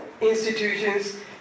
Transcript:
institutions